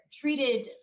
treated